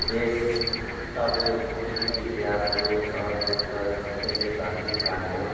देश त अब यो जति पनि इतिहासहरू छ के छ यो सबै नेताहरूकै काम हो